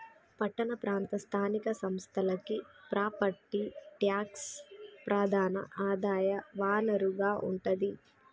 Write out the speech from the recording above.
పట్టణ ప్రాంత స్థానిక సంస్థలకి ప్రాపర్టీ ట్యాక్సే ప్రధాన ఆదాయ వనరుగా ఉంటాది